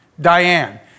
Diane